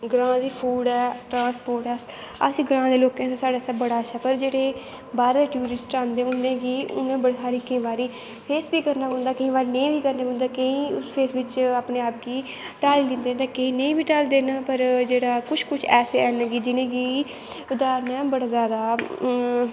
ग्रांऽ दी फूड ऐ ट्रांसपोर्ट ऐ अस असें ग्रांऽ दे लोकें गी ते आस्तै बड़ा अच्छा पर जेह्ड़े बाह्रे दे टूरिस्ट औंदे उ'नें गी उ'नें बड़ी हारी केईं बारी फेस बी करना पौंदा केईं बारी नेईं बी करना पौंदा केईं उस फेस बिच्च अपने आप गी ढ्हाली दिंदे न ते केईं नेईं बी ढालदे न पर जेह्ड़ा कुछ कुछ ऐसे हैन कि जिनेंगी ओह्दा ना बड़ा जैदा